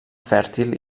fèrtil